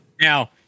Now